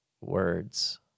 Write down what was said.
words